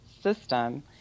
system